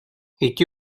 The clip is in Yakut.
ити